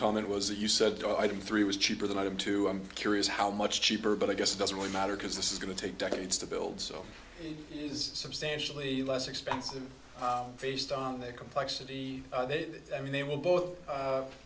comment was that you said the item three was cheaper than item two i'm curious how much cheaper but i guess it doesn't really matter because this is going to take decades to build so is substantially less expensive based on their complexity that i mean they will both